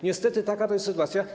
Niestety taka jest sytuacja.